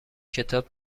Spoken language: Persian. کتاب